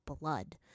blood